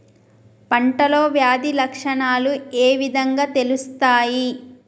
పంటలో వ్యాధి లక్షణాలు ఏ విధంగా తెలుస్తయి?